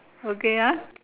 okay ah